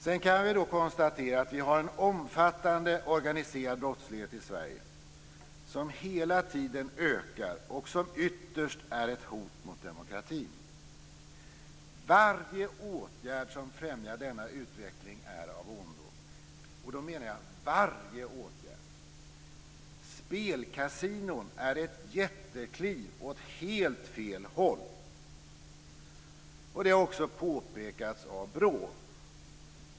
Sedan kan vi konstatera att vi har en omfattande organiserad brottslighet i Sverige som hela tiden ökar och som ytterst är ett hot mot demokratin. Varje åtgärd som främjar denna utveckling är av ondo. Och då menar jag varje åtgärd. Spelkasinon är ett jättekliv åt helt fel håll. Det har också påpekats av BRÅ.